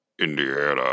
Indiana